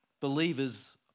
believers